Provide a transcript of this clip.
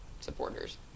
supporters